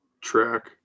track